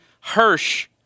Hirsch